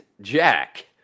Jack